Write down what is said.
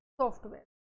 software